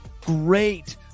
Great